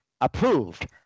approved